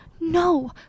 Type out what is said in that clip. No